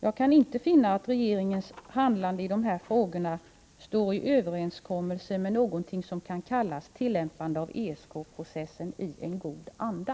Jag kan inte finna att regeringens handlande i dessa frågor står i överensstämmelse med någonting som kan kallas tillämpande av ESK processen i en god anda.